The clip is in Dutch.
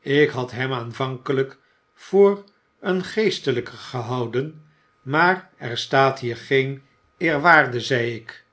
jk had hem aanvankelijk voor een geestelyke gehouden maar er staat hier geen eerwaarde zei ik